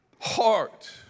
heart